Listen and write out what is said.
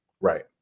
Right